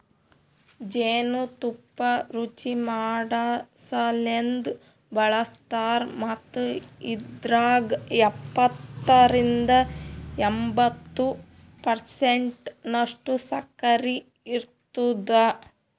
ಜೇನು ತುಪ್ಪ ರುಚಿಮಾಡಸಲೆಂದ್ ಬಳಸ್ತಾರ್ ಮತ್ತ ಇದ್ರಾಗ ಎಪ್ಪತ್ತರಿಂದ ಎಂಬತ್ತು ಪರ್ಸೆಂಟನಷ್ಟು ಸಕ್ಕರಿ ಇರ್ತುದ